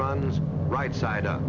runs right side u